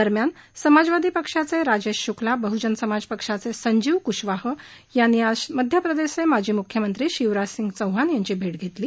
दरम्यान समाजवादी पक्षाचे राजेश श्क्लाबहजन समाज पक्षाचे संजीव क्शवाह यांनी आज मध्यप्रदेशचे माजी म्ख्यमंत्री शिवराजसिंग चौहान यांची भेट घेतली